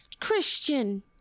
christian